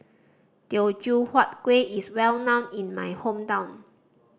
Teochew Huat Kueh is well known in my hometown